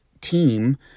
team